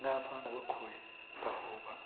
ꯉꯥ ꯐꯥꯅꯕ ꯈꯣꯏ ꯇꯥꯍꯧꯕ